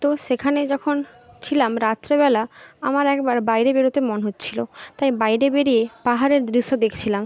তো সেখানে যখন ছিলাম রাত্রিবেলা আমার একবার বাইরে বেরোতে মন হচ্ছিল তাই বাইরে বেরিয়ে পাহাড়ের দৃশ্য দেখছিলাম